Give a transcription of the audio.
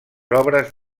obres